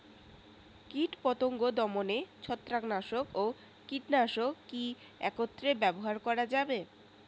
কীটপতঙ্গ দমনে ছত্রাকনাশক ও কীটনাশক কী একত্রে ব্যবহার করা যাবে?